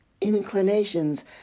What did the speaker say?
inclinations